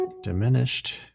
Diminished